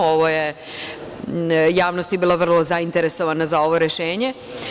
Ovo je, javnost je bila vrlo zainteresovana za ovo rešenje.